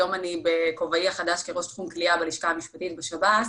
היום אני בכובעי החדש כראש תחום כליאה בלשכה המשפטית בשב"ס.